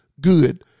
good